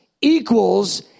equals